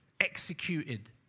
executed